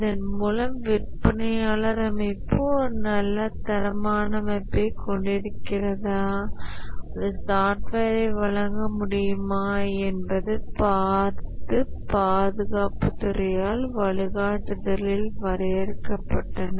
இதன் மூலம் விற்பனையாளர் அமைப்பு ஒரு நல்ல தரமான அமைப்பைக் கொண்டிருக்கிறதா அது சாஃப்ட்வேரை வழங்க முடியுமா என்பதைப் பார்க்க பாதுகாப்புத் துறையால் வழிகாட்டுதல்கள் வரையறுக்க பட்டன